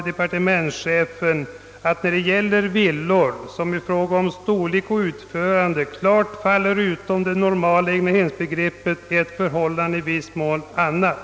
Departementschefen uttalade där att när det gäller villor, som i fråga om storlek och utförande klart faller utanför det normala egnahemsbegreppet, är förhållandet i viss mån ett annat.